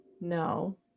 No